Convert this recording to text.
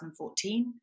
2014